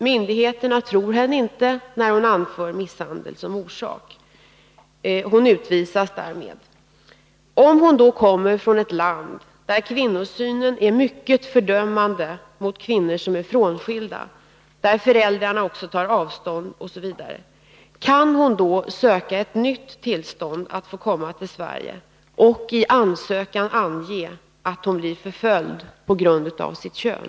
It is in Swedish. Myndigheterna tror henne inte när hon anför misshandel som orsak. Hon utvisas därmed. Om hon då kommer från ett land, där kvinnosynen är mycket fördömande mot kvinnor som är frånskilda, där föräldrarna också tar avstånd osv., kan hon då söka ett nytt tillstånd att få komma till Sverige och i ansökan ange att hon blir förföljd på grund av sitt kön?